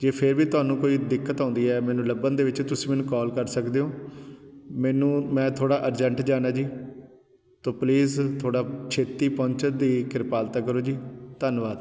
ਜੇ ਫਿਰ ਵੀ ਤੁਹਾਨੂੰ ਕੋਈ ਦਿੱਕਤ ਆਉਂਦੀ ਹੈ ਮੈਨੂੰ ਲੱਭਣ ਦੇ ਵਿੱਚ ਤੁਸੀਂ ਮੈਨੂੰ ਕੋਲ ਕਰ ਸਕਦੇ ਹੋ ਮੈਨੂੰ ਮੈਂ ਥੋੜ੍ਹਾ ਅਰਜੈਂਟ ਜਾਣਾ ਜੀ ਤੋ ਪਲੀਜ਼ ਥੋੜ੍ਹਾ ਛੇਤੀ ਪਹੁੰਚਣ ਦੀ ਕ੍ਰਿਪਾਲਤਾ ਕਰੋ ਜੀ ਧੰਨਵਾਦ